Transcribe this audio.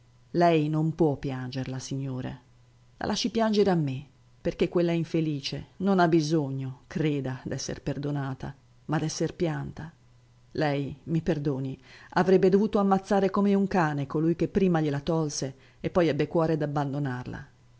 lei non può piangerla signore la lasci piangere a me perché quella infelice non ha bisogno creda d'essere perdonata ma d'esser pianta lei mi perdoni avrebbe dovuto ammazzare come un cane colui che prima gliela tolse e poi ebbe cuore d'abbandonarla